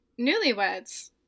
Newlyweds